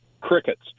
crickets